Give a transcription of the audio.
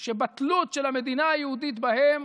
שבתלות של המדינה היהודית בהם